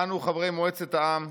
אנו חברי מועצת העם,